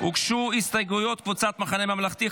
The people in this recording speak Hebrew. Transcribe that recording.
הוגשו הסתייגויות של קבוצת סיעת המחנה הממלכתי,